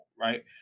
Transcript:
right